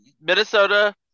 Minnesota